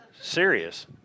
serious